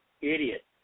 idiot